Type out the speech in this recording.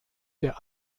der